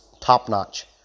top-notch